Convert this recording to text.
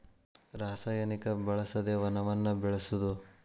ರಸಾಯನಿಕ ಬಳಸದೆ ವನವನ್ನ ಬೆಳಸುದು